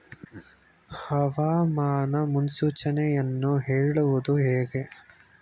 ಹವಾಮಾನ ಮುನ್ಸೂಚನೆಯನ್ನು ಹೇಳುವುದು ಹೇಗೆ?